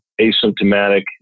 asymptomatic